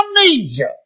amnesia